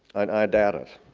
i doubt it.